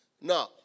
No